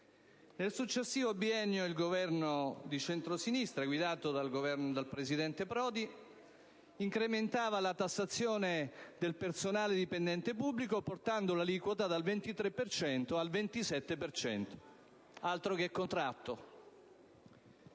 Nel successivo biennio il Governo di centrosinistra, guidata dal presidente Prodi, incrementava la tassazione del personale dipendente pubblico, portando l'aliquota dal 23 per cento al 27 per cento.